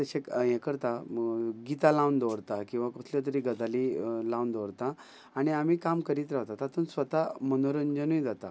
तशे हे करता गितां लावन दवरता किंवां कसले तरी गजाली लावन दवरता आनी आमी काम करीत रावता तातूंत स्वता मनोरंजनूय जाता